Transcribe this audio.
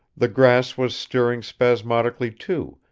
the grass was stirring spasmodically, too,